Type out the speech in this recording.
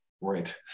Right